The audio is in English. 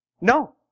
No